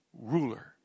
ruler